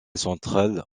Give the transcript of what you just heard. central